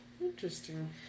interesting